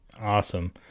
awesome